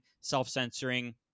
self-censoring